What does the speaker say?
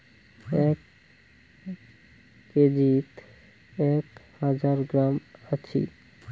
এক কেজিত এক হাজার গ্রাম আছি